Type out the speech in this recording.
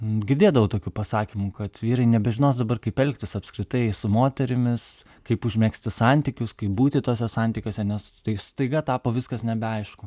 girdėdavau tokių pasakymų kad vyrai nebežinos dabar kaip elgtis apskritai su moterimis kaip užmegzti santykius kaip būti tuose santykiuose nes tai staiga tapo viskas nebeaišku